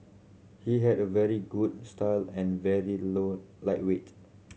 he had a very good style and very low lightweight